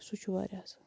سُہ چھُ واریاہ اصٕل